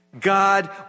God